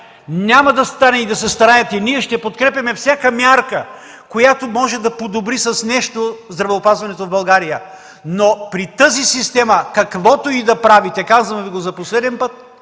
Няма да стане и да се стараете. Ние ще подкрепяме всяка мярка, която може да подобри с нещо здравеопазването в България. Но при тази система каквото и да правите, казвам Ви го за последен път